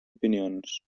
opinions